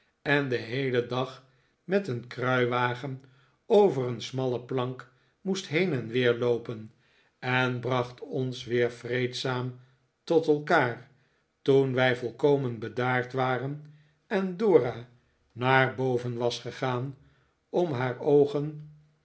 en den heelen dag met een kruiwagen over een smalle plank moest heen en weer loopen en bracht ons weer vreedzaam tot elkaar toen wij volkomen bedaard waren en dora naar boven was gegaan om haar oogen